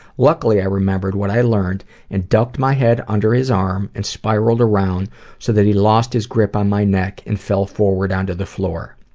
luckily i remembered what i learned and ducked my head under his arm, and spiraled around so that he lost his grip on my neck and fell forward onto the floor.